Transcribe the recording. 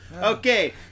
Okay